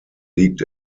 liegt